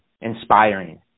inspiring